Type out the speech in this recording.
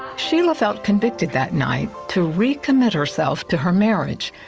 sheila felt convicted that night to recommit herself to her marriage.